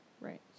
Right